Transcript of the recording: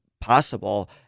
possible